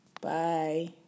bye